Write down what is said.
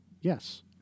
Yes